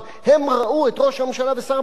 הם ראו את ראש הממשלה ושר הביטחון,